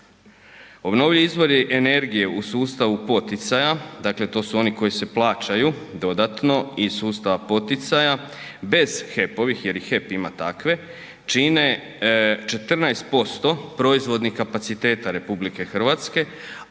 Obnovljivi izvori energije u sustavu poticaja, dakle to su oni koji se plaćaju dodatno iz sustava poticaja bez HEP-ovih jer i HEP ima takve, čine 14% proizvodnih kapaciteta RH,